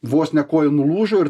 vos ne koja nulūžo ir